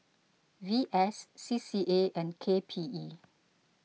V S C C A and K P E